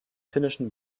finnischen